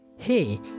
hey